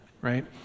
right